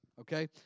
okay